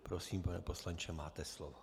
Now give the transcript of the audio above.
Prosím, pane poslanče, máte slovo.